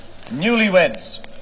newlyweds